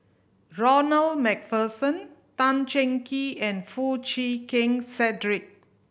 Ronald Macpherson Tan Cheng Kee and Foo Chee Keng Cedric